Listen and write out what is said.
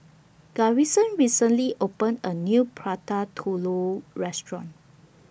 Garrison recently opened A New Prata Telur Restaurant